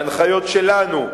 בהנחיות שלנו,